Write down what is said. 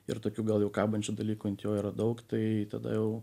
ir tokių gal jau kabančių dalykų ant jo yra daug tai tada jau